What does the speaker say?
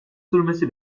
sürmesi